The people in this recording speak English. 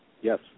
Yes